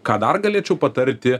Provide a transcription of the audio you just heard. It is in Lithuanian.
ką dar galėčiau patarti